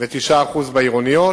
וכ-9% בעירוניות.